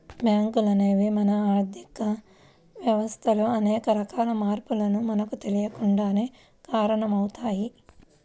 బ్యేంకులు అనేవి మన ఆర్ధిక వ్యవస్థలో అనేక రకాల మార్పులకు మనకు తెలియకుండానే కారణమవుతయ్